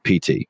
PT